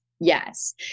Yes